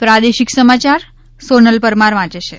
પ્રાદેશિક સમાચાર સોનલ પરમાર વાંચે છે